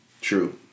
True